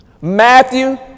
Matthew